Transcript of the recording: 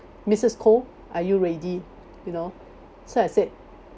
missus koh are you ready you know so I said